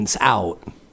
out